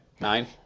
Nine